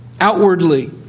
Outwardly